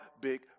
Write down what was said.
big